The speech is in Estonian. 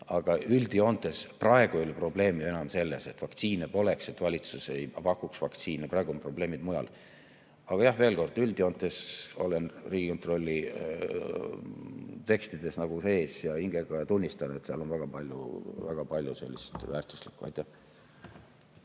aga üldjoontes praegu ei ole probleem ju enam selles, et vaktsiine poleks, et valitsus ei pakuks vaktsiine, praegu on probleemid mujal. Aga jah, veel kord, üldjoontes olen Riigikontrolli tekstides sees hingega ja tunnistan, et seal on väga palju väärtuslikku. Aitäh!